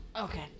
Okay